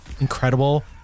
incredible